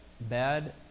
bad